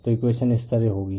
तो इकवेशन इस तरह होगी